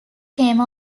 came